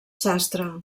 sastre